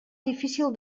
difícil